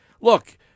look